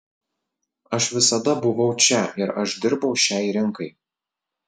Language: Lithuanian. aš visada buvau čia ir aš dirbau šiai rinkai